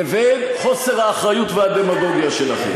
לבין חוסר האחריות והדמגוגיה שלכם.